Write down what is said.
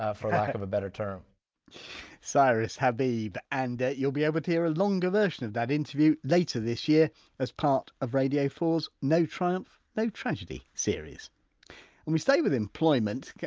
ah for lack of a better term cyrus habib. and you'll be able to hear a longer version of that interview later this year as part of radio four s no triumph, no tragedy series and we stay with employment.